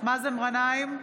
מאזן גנאים,